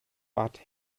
bad